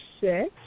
six